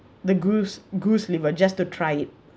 the goose goose liver just to try it